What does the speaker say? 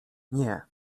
nie